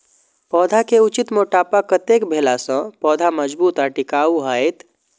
पौधा के उचित मोटापा कतेक भेला सौं पौधा मजबूत आर टिकाऊ हाएत?